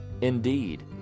Indeed